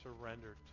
surrendered